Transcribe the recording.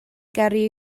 gyrru